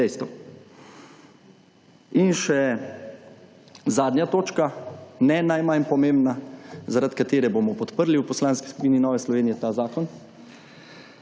In še zadnja točka, ne najmanj pomembna, zaradi katere bomo podprli v Poslanski skupini Nove Slovenije ta zakon.